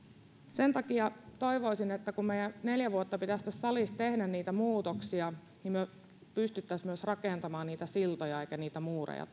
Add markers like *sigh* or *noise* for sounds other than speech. sen takia toivoisin kun meidän neljä vuotta pitäisi tässä salissa tehdä niitä muutoksia että me pystytyisimme rakentamaan tulevaisuuteen myös niitä siltoja ei muureja *unintelligible*